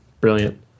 brilliant